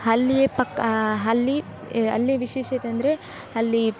ಅಲ್ಲಿಯೇ ಪಕ್ ಹಲ್ಲಿ ಅಲ್ಲಿಯ ವಿಶೇಷತೆ ಅಂದರೆ ಅಲ್ಲಿ